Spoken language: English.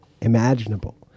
imaginable